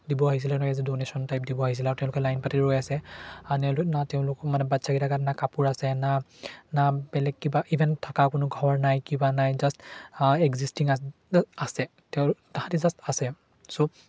দিব আহিছিলে ন এজ এ ডোনেশ্যন টাইপ দিব আহিছিলে আৰু তেওঁলোকে লাইন পাতি ৰৈ আছে নে না তেওঁলোকক মানে বাচ্ছা কেইটাৰ গাত না কাপোৰ আছে না না বেলেগ কিবা ইভেন থকা কোনো ঘৰ নাই কিবা নাই জাষ্ট এক্সিষ্টিং আছে তেওঁ তাহাঁতি জাষ্ট আছে ছ'